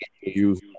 use